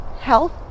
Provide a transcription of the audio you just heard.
health